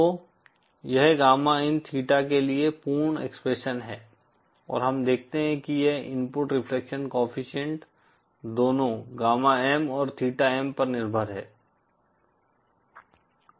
तो यह gamma in theta के लिए पूर्ण एक्सप्रेशन है और हम देखते हैं कि यह इनपुट रिफ्लेक्शन कोएफ़िशिएंट दोनों गामा M और थीटा M पर निर्भर है